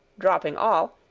dropping all,